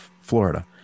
Florida